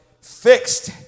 Fixed